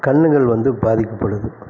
கண்ணுகள் வந்து பாதிக்கப்படுது